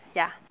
ya